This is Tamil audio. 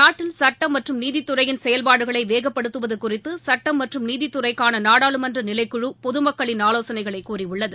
நாட்டில் சட்டம் மற்றும் நீதித்துறையின் செயல்பாடுகளை வேகப்படுத்துவது குறித்து சட்டம் மற்றும் நீதித்துறைக்கான நாடாளுமன்ற நிலைக்குழு பொதுமக்களின் ஆலோசனைகளை கோரியுள்ளது